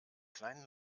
kleinen